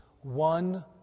one